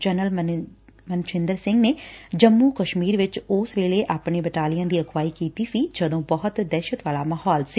general Manjinder Singh ਨੇ ਜੰਮੂ ਕਸ਼ਮੀਰ ਵਿਚ ਉਸ ਵੇਲੇ ਆਪਣੀ ਬਟਾਲੀਅਨ ਦੀ ਅਗਵਾਈ ਕੀ ਜਦੋ ਬਹੁਤ ਦਹਿਸ਼ਤ ਵਾਲਾ ਮਾਹੌਲ ਸੀ